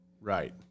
Right